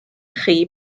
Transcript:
chi